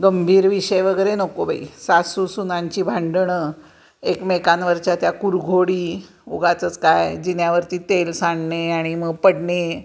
गंभीर विषय वगैरे नको बाई सासूसुनांची भांडणं एकमेकांवरच्या त्या कुरघोडी उगाचच काय जिन्यावरती तेल सांडणे आणि मग पडणे